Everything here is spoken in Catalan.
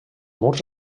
murs